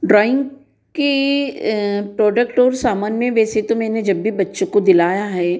drawing के product और सामान में वैसे तो मैंने जब भी बच्चों को दिलाया है